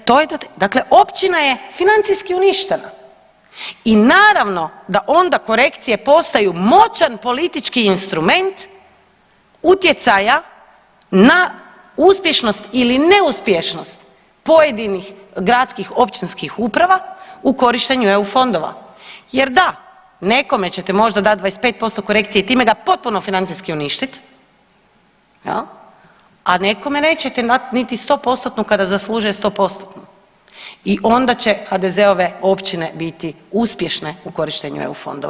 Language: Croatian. Dakle to je, dakle općina je financijski uništena i naravno da onda korekcije postaju moćan politički instrument utjecaja na uspješnost ili neuspješnost pojedinih gradskih općinskih uprava u korištenju EU fondova jer da nekome ćete možda dat 25% korekcije i time ga potpuno financijski uništit jel, a nekome nećete dat niti 100%-tno kada zaslužuje 100%-tno i onda će HDZ-ove općine biti uspješne u korištenju EU fondova.